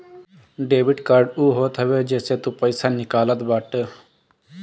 debit card उ होत हवे जेसे तू पईसा निकालत बाटअ